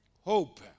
Hope